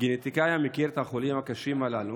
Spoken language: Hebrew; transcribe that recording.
כגנטיקאי המכיר את החולים הקשים הללו,